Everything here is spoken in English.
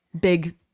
big